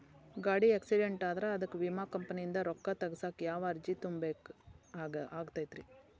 ಗಾಡಿ ಆಕ್ಸಿಡೆಂಟ್ ಆದ್ರ ಅದಕ ವಿಮಾ ಕಂಪನಿಯಿಂದ್ ರೊಕ್ಕಾ ತಗಸಾಕ್ ಯಾವ ಅರ್ಜಿ ತುಂಬೇಕ ಆಗತೈತಿ?